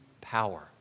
power